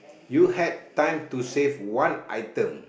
you had time to save one item